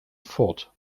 fort